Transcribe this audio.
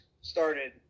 started